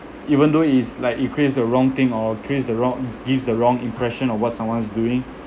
even though it's like it creates a wrong thing or creates the wrong gives the wrong impression of what someone's doing